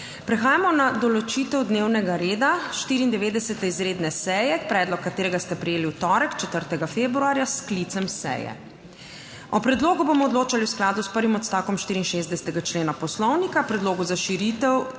Prehajamo na določitev dnevnega reda 94. izredne seje, predlog katerega ste prejeli v torek, 4. februarja, s sklicem seje. O predlogu bomo odločali v skladu s prvim odstavkom 64. člena Poslovnika. Predlogov za širitev